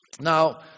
Now